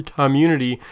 community